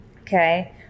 Okay